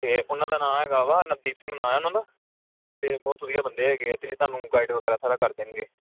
ਅਤੇ ਉਹਨਾਂ ਦਾ ਨਾਂ ਹੈਗਾ ਵਾ ਨਵਦੀਪ ਸਿੰਘ ਨਾਂ ਉਹਨਾਂ ਦਾ ਅਤੇ ਬਹੁਤ ਵਧੀਆ ਬੰਦੇ ਹੈਗੇ ਆ ਅਤੇ ਤੁਹਾਨੂੰ ਗਾਈਡ ਵਗੈਰਾ ਸਾਰਾ ਕਰ ਦੇਣਗੇ